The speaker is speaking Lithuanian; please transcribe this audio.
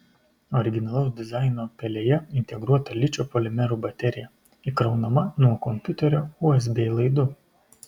originalaus dizaino pelėje integruota ličio polimerų baterija įkraunama nuo kompiuterio usb laidu